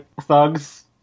thugs